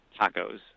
tacos